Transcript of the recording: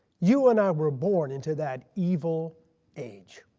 you and i were born into that evil age.